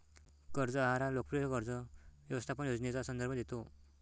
कर्ज आहार हा लोकप्रिय कर्ज व्यवस्थापन योजनेचा संदर्भ देतो